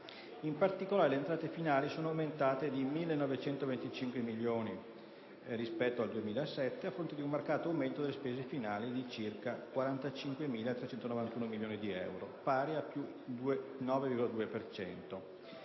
In particolare, le entrate finali sono aumentate di 1.925 milioni rispetto al 2007 a fronte di un marcato aumento delle spese finali di circa 45.391 milioni di euro, pari a più 9,2